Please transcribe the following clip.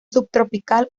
subtropical